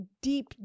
deep